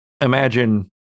Imagine